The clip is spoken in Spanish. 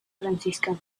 franciscana